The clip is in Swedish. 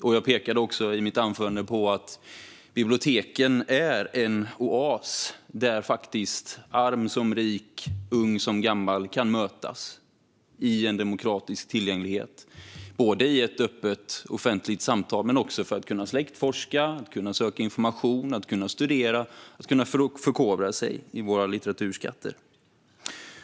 I mitt anförande pekade jag också på att biblioteken är en oas där arm som rik, ung som gammal kan mötas i en demokratisk tillgänglighet och i ett öppet offentligt samtal men också för att kunna släktforska, söka information, studera eller förkovra sig i våra litteraturskatter.